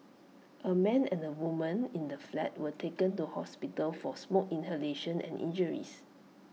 A man and A woman in the flat were taken to hospital for smoke inhalation and injuries